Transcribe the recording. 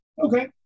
Okay